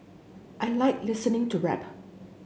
I like listening to rap